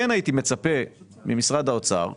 כן הייתי מצפה, ממשרד האוצר לנתונים,